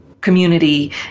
community